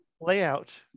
layout